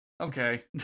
okay